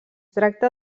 tracta